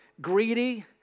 greedy